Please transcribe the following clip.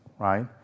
right